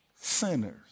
sinners